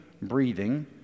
breathing